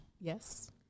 Yes